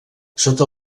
sota